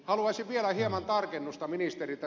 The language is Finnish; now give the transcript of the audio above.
haluaisin vielä hieman tarkennusta ministeriltä